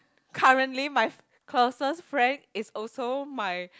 currently my closest friend is also my